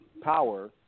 power